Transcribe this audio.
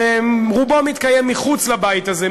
שרובו מתקיים מחוץ לבית הזה,